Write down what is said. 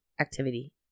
activity